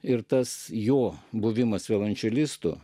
ir tas jo buvimas violončelistų